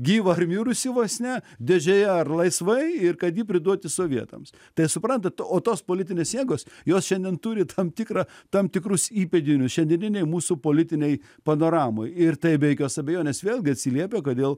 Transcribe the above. gyvą ar mirusį vos ne dėžėje ar laisvai ir kad jį priduoti sovietams tai suprantat o tos politinės jėgos jos šiandien turi tam tikrą tam tikrus įpėdinius šiandieninėj mūsų politinėj panoramoj ir tai be jokios abejonės vėlgi atsiliepia kodėl